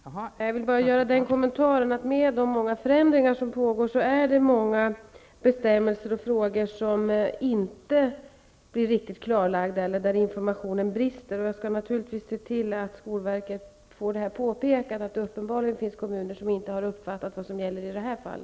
Fru talman! Jag vill göra ytterligare en kommentar. I och med de många förändringar som pågår är det många bestämmelser och frågor som inte blir riktigt klarlagda eller där informationen brister. Jag skall naturligtvis se till att skolverket får påpekandet att det uppenbarligen finns kommuner som inte har uppfattat vad som gäller i detta fall.